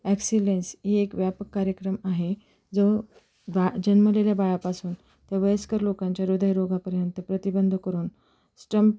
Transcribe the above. excellence ही एक व्यापक कार्यक्रम आहे जो बा जन्मलेल्या बाळापासून त्या वयस्कर लोकांच्या हृदयरोगापर्यंत प्रतिबंध करून स्टंप